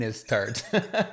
start